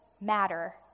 matter